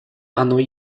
оно